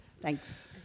Thanks